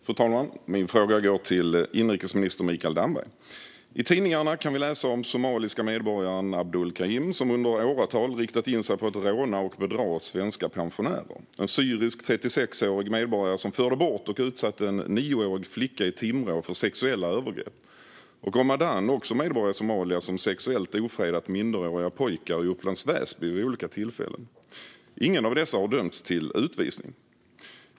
Fru talman! Min fråga går till inrikesminister Mikael Damberg. I tidningarna kan vi läsa om somaliska medborgaren Abdulhakim som under åratal riktat in sig på att råna och bedra svenska pensionärer, om en syrisk 36-årig medborgare som förde bort och utsatte en 9-årig flicka i Timrå för sexuella övergrepp och om Adan, också somalisk medborgare, som sexuellt ofredat minderåriga pojkar i Upplands Väsby vid olika tillfällen. Ingen av dessa har dömts till utvisning.